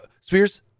Spears